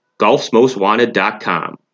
GolfsMostWanted.com